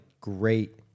great